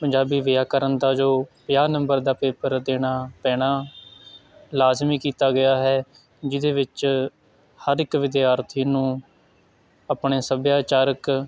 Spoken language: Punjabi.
ਪੰਜਾਬੀ ਵਿਆਕਰਨ ਦਾ ਜੋ ਪੰਜਾਹ ਨੰਬਰ ਦਾ ਪੇਪਰ ਦੇਣਾ ਪੈਣਾ ਲਾਜ਼ਮੀ ਕੀਤਾ ਗਿਆ ਹੈ ਜਿਹਦੇ ਵਿੱਚ ਹਰ ਇੱਕ ਵਿਦਿਆਰਥੀ ਨੂੰ ਆਪਣੇ ਸੱਭਿਆਚਾਰਕ